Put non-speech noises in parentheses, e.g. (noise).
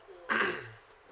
(coughs)